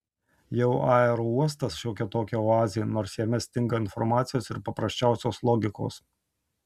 jau aerouostas šiokia tokia oazė nors jame stinga informacijos ir paprasčiausios logikos